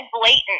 blatant